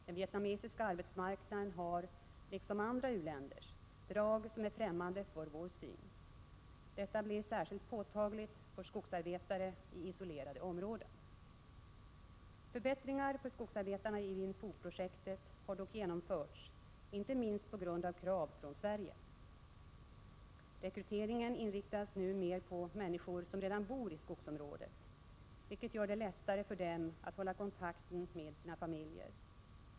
Den vietnamesiska arbetsmarknaden har, liksom andra u-länders, drag som är främmande för vår syn. Detta blir särskilt påtagligt för skogsarbetare i isolerade områden. Förbättringar för skogsarbetarna i Vinh Phu-projektet har dock genomförts inte minst på grund av krav från Sverige. Rekryteringen inriktas nu mer på människor som redan bor i skogsområdet, vilket gör det lättare för dem att hålla kontakten med sina familjer.